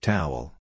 Towel